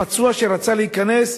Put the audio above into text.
הפצוע שרצה להיכנס,